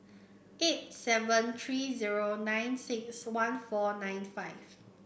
eight seven three zero nine six one four nine five